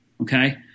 okay